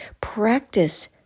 Practice